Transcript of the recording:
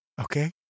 Okay